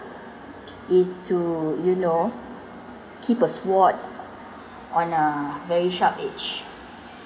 is to you know keep a sword on a very sharp edge